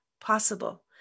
possible